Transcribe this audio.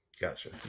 gotcha